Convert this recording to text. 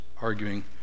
arguing